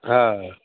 हा